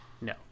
No